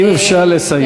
אם אפשר, לסיים.